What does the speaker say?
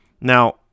Now